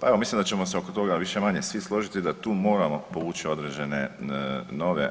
Pa evo, mislim da ćemo se oko toga više-manje svi složiti da tu moramo povući određene nove